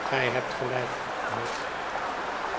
gij hebt gelijk mat